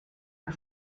are